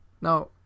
Now